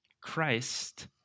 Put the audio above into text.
Christ